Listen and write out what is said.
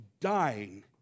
dying